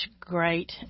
great